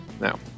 Now